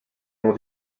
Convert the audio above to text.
mon